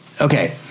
Okay